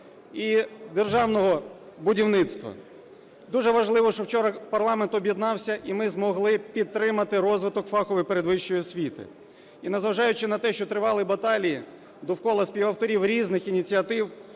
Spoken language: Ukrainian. Дуже важливо, що вчора парламент об'єднався і ми змогли підтримати розвиток фахової передвищої освіти. І, незважаючи на те, що тривали баталії довкола співавторів різних ініціатив,